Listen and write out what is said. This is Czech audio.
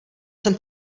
jsem